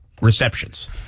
receptions